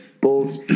Bulls